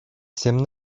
всем